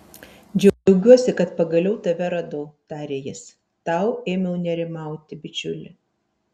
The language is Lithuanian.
džiaugiuosi kad pagaliau tave radau tarė jis tau ėmiau nerimauti bičiuli